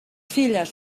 filles